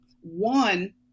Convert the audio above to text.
one